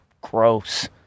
gross